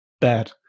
bad